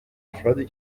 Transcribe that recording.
افرادی